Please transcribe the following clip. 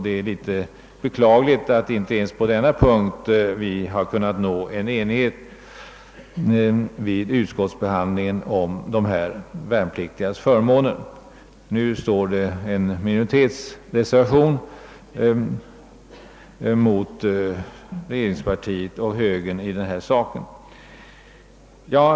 Det är beklagligt att vi inte kunnat nå enighet på denna punkt vid utskottsbehandlingen om de värnpliktigas förmåner. Nu står mellanpartierna med sin reservation mot regeringspartiet, tillsammans med högern, i denna fråga. Herr talman!